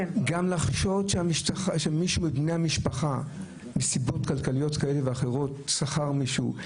גם לחשוד שמישהו מבני המשפחה מסיבות כלכליות כאלה ואחרות שכר מישהו?